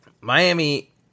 Miami